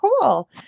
cool